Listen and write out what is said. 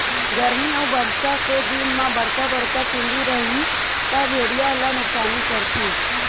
गरमी अउ बरसा के दिन म बड़का बड़का चूंदी रइही त भेड़िया ल नुकसानी करथे